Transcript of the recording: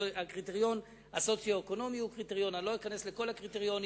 הקריטריון הסוציו-אקונומי הוא קריטריון,